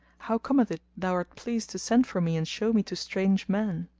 how cometh it thou art pleased to send for me and show me to strange men?